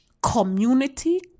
community